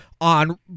on